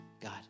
God